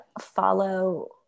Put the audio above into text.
follow